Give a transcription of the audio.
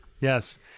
Yes